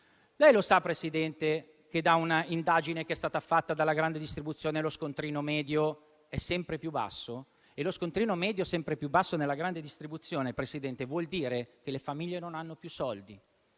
Lei lo sa, signor Presidente, che, da una indagine che è stata fatta dalla grande distribuzione, lo scontrino medio è sempre più basso? E lo scontrino medio sempre più basso nella grande distribuzione vuol dire che le famiglie non hanno più soldi,